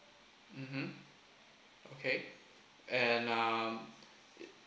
mmhmm okay and um it